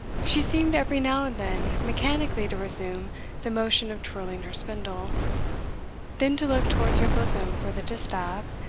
she seemed every now and then mechanically to resume the motion of twirling her spindle then to look towards her bosom for the distaff,